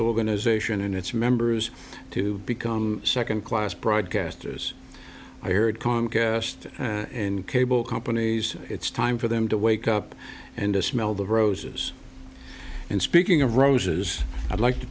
organization and its members to become second class broadcasters i heard kong asked and cable companies it's time for them to wake up and to smell the roses and speaking of roses i'd like to